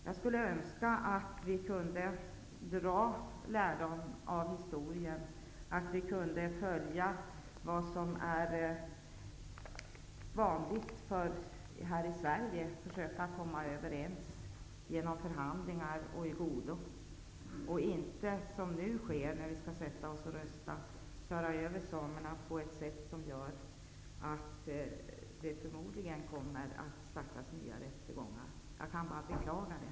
Jag skulle önska att vi kunde dra lärdom av historien och följa vad som är vanligt här i Sverige, att man försöker komma överens genom förhandlingar i godo, och inte, som nu sker, köra över samerna på ett sätt som innebär att det förmodligen kommer att startas nya rättegångar. Jag kan bara beklaga det.